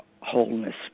wholeness